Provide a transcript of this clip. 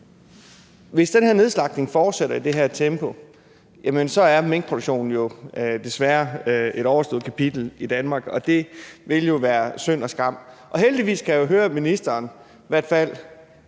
Hvis den her nedslagtning fortsætter i det her tempo, er minkproduktion jo desværre er et overstået kapitel i Danmark, og det vil være synd og skam. Heldigvis kan jeg jo høre, at ministeren i hvert fald